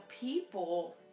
people